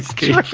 key